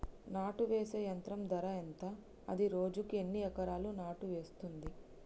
నాటు వేసే యంత్రం ధర ఎంత? అది రోజుకు ఎన్ని ఎకరాలు నాటు వేస్తుంది?